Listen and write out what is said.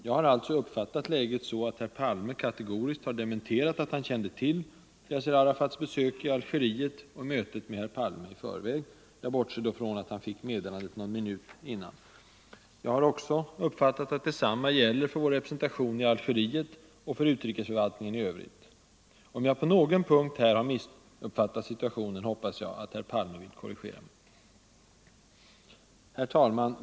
Jag har alltså uppfattat läget så att herr Palme kategoriskt har dementerat att han kände till Yassir Arafats besök i Algeriet och mötet med herr Palme i förväg — jag bortser då från att han fick meddelandet någon minut innan. Jag har också uppfattat att detsamma gäller för vår representation i Algeriet och för vår utrikesförvaltning i övrigt. Om jag på någon punkt har missuppfattat situationen hoppas jag att herr Palme vill korrigera mig. Herr talman!